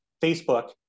Facebook